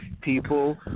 people